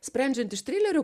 sprendžiant iš treilerio